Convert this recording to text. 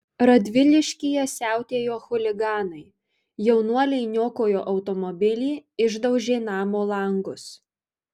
radviliškyje siautėjo chuliganai jaunuoliai niokojo automobilį išdaužė namo langus